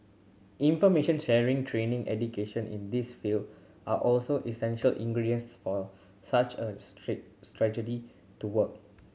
information sharing training education in this field are also essential ingredients for such a strategy to work